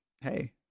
Hey